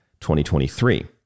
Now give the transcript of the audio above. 2023